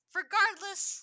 regardless